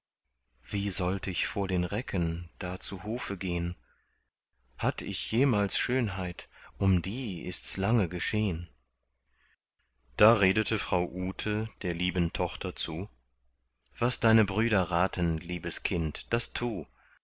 wie sollt ich vor den recken da zu hofe gehn hatt ich jemals schönheit um die ists lange geschehn da redete frau ute der lieben tochter zu was deine brüder raten liebes kind das tu